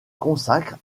consacre